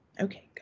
Okay